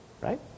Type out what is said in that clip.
Right